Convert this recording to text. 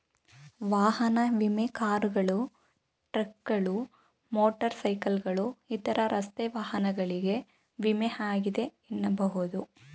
ವಾಹನ ವಿಮೆ ಕಾರುಗಳು, ಟ್ರಕ್ಗಳು, ಮೋಟರ್ ಸೈಕಲ್ಗಳು ಇತರ ರಸ್ತೆ ವಾಹನಗಳಿಗೆ ವಿಮೆ ಆಗಿದೆ ಎನ್ನಬಹುದು